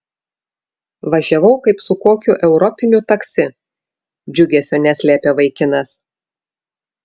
važiavau kaip su kokiu europiniu taksi džiugesio neslėpė vaikinas